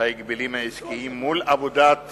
ההגבלים העסקיים מול עבודת